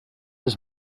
his